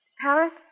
Paris